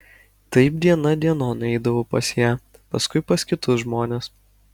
taip diena dienon eidavau pas ją paskui pas kitus žmones